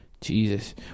Jesus